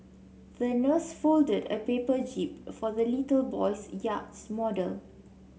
the nurse folded a paper jib for the little boy's yacht model